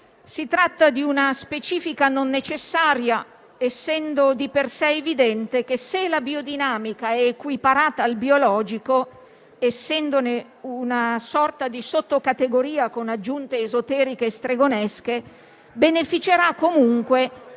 si tratta di una specifica non necessaria, essendo di per sé evidente che se la biodinamica è equiparata al biologico, essendone una sorta di sottocategoria con aggiunte esoteriche e stregonesche, beneficerà comunque